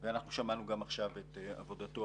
אנחנו שמענו גם עכשיו את עבודתו,